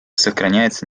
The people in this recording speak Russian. сохраняется